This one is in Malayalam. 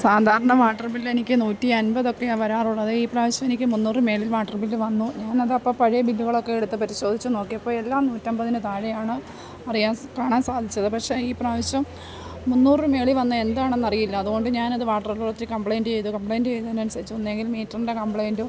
സാധാരണ വാട്ടർ ബിൽ എനിക്ക് നൂറ്റിയൻപതൊക്കെയാണ് വരാറുള്ളത് ഇപ്രാവശ്യം എനിക്ക് മുന്നൂറിന് മേളിൽ വാട്ടർ ബിൽ വന്നു ഞാൻ അതപ്പം പഴയ ബില്ലുകളൊക്കെ എടുത്ത് പരിശോധിച്ച് നോക്കിയപ്പോൾ എല്ലാം നൂറ്റമ്പതിന് താഴെയാണ് അറിയാൻ കാണാൻ സാധിച്ചത് പക്ഷേ ഈ പ്രാവശ്യം മുന്നൂറിന് മേളിൽ വന്നത് എന്താണെന്ന് അറിയില്ല ഞാൻ അത് വാട്ടർ അതോറിറ്റിയിൽ കംപ്ളയിൻറ് ചെയ്തു കംപ്ലയിൻറ് ചെയ്തതിനനുസരിച്ച് ഒന്നുകിൽ മീറ്ററിൻ്റെ കംപ്ലയിൻറോ